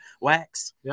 wax